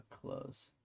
close